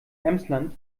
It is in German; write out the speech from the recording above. emsland